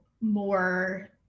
more